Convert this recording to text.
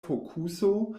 fokuso